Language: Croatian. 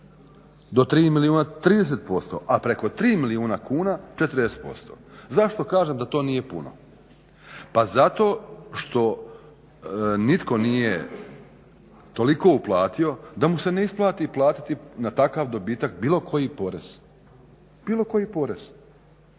do 3 000 000 30% a preko 3 000 000 milijuna kuna 40%. Zašto kažem da to nije puno? Pa zato što nitko nije toliko uplatio da mu se ne isplati platiti na takav dobitak bilo koji porez, bilo koji porez.